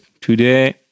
today